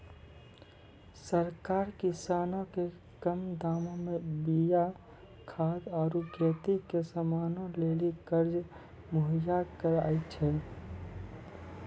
सरकार किसानो के कम दामो मे बीया खाद आरु खेती के समानो लेली कर्जा मुहैय्या करै छै